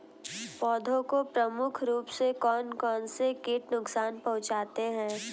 पौधों को प्रमुख रूप से कौन कौन से कीट नुकसान पहुंचाते हैं?